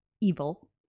evil